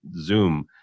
Zoom